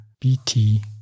BT